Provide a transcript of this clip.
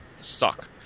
suck